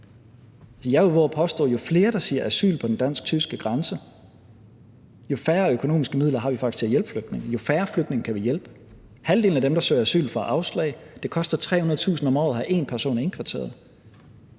vove at påstå, at jo flere der siger asyl ved den dansk-tyske grænse, jo færre økonomiske midler har vi faktisk til at hjælpe flygtninge; jo færre flygtninge kan vi hjælpe. Halvdelen af dem, der søger, får afslag. Det koster 300.000 kr. om året at have én person indkvarteret.